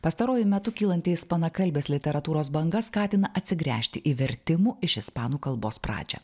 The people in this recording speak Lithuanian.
pastaruoju metu kylanti ispanaklbės literatūros banga skatina atsigręžti į vertimų iš ispanų kalbos pradžią